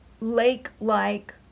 lake-like